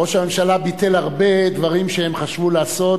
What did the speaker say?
ראש הממשלה ביטל הרבה דברים שהם חשבו לעשות